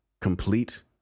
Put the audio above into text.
complete